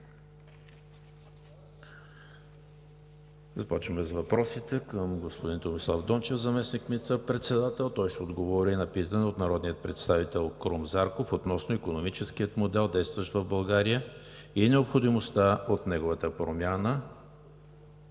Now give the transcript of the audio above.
Започваме с въпросите към господин Томислав Дончев – заместник министър-председател. Той ще отговори на питане от народния представител Крум Зарков относно икономическия модел, действащ в България и необходимостта от неговата промяна.